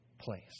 place